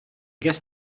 guess